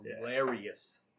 hilarious